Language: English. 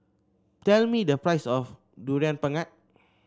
tell me the price of Durian Pengat